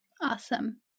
Awesome